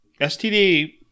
STD